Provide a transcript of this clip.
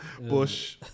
Bush